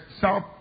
South